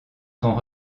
sont